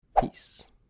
Peace